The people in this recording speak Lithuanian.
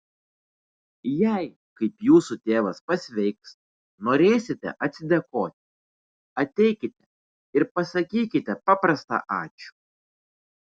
jei kaip jūsų tėvas pasveiks norėsite atsidėkoti ateikite ir pasakykite paprastą ačiū